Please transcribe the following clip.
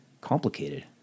complicated